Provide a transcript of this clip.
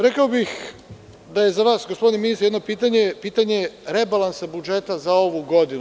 Rekao bih da je za vas, gospodine ministre, jedno pitanje, pitanje rebalansa budžeta za ovu godinu.